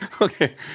Okay